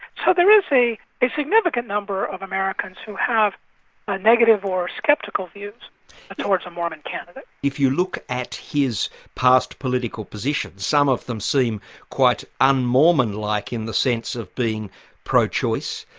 so there is a significant number of americans who have a negative or sceptical views towards a mormon candidate. if you look at his past political positions, some of them seem quite un-mormon-like, in the sense of being pro-choice,